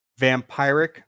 vampiric